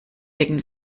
wegen